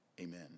Amen